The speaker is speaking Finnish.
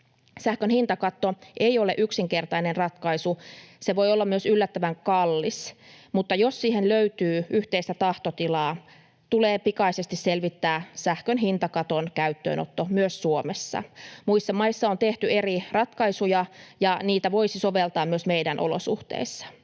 Sähkön hintakatto ei ole yksinkertainen ratkaisu, se voi olla myös yllättävän kallis, mutta jos siihen löytyy yhteistä tahtotilaa, tulee pikaisesti selvittää sähkön hintakaton käyttöönotto myös Suomessa. Muissa maissa on tehty eri ratkaisuja, ja niitä voisi soveltaa myös meidän olosuhteissa.